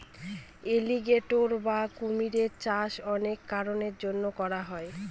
alligator বা কুমিরের চাষ অনেক কারনের জন্য করা হয়